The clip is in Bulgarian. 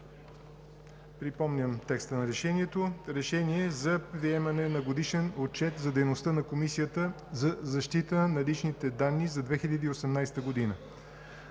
Припомням текста на решението: „Проект! РЕШЕНИЕ за приемане на Годишен отчет за дейността на Комисията за защита на личните данни за 2018 г.